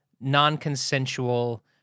non-consensual